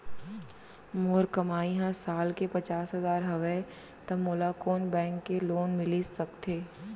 मोर कमाई ह साल के पचास हजार हवय त मोला कोन बैंक के लोन मिलिस सकथे?